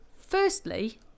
Firstly